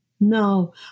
No